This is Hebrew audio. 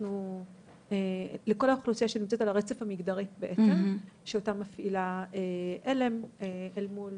בעצם לכל האוכלוסייה שנמצאת על הרצף המגדרי שאותה מפעילה על"ם אל מול